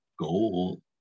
goal